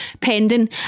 pending